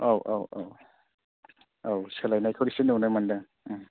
औ औ औ औ सोलायनायखै एसे नुनो मोनदों